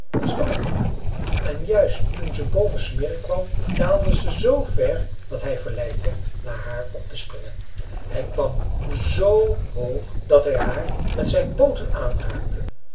als de andere en juist toen ze boven smirre kwam daalde ze zoo ver dat hij verleid werd naar haar op te springen hij kwam zoo hoog dat hij haar met zijn pooten aanraakte